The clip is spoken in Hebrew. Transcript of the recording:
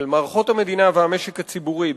של מערכות המדינה והמשק הציבורי,